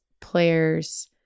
players